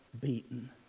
Beaten